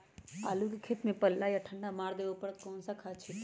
आलू के खेत में पल्ला या ठंडा मार देवे पर कौन खाद छींटी?